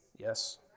Yes